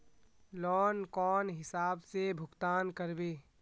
Loan कौन हिसाब से भुगतान करबे?